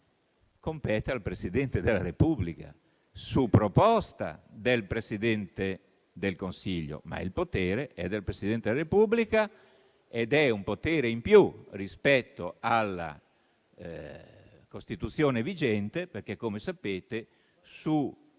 compete al Presidente della Repubblica, su proposta del Presidente del Consiglio. Il potere è però del Presidente della Repubblica ed è un potere in più rispetto alla Costituzione vigente, perché - come sapete - su chi è titolare